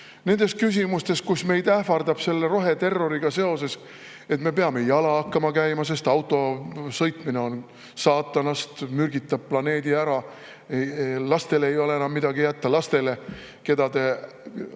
nendes küsimustes, kus meid ähvardab selle roheterroriga seoses, et me peame jala hakkama käima, sest autoga sõitmine on saatanast, mürgitab planeedi ära, lastele ei ole enam midagi jätta. Aga lapsi te